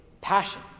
passion